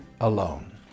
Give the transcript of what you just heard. alone